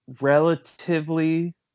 relatively